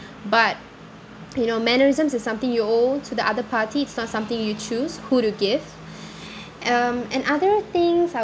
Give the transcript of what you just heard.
but you know mannerisms is something you owe to the other party it's not something you choose who to give um and other things I